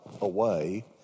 away